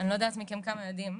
אני לא יודעת כמה מכם יודעים,